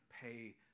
pay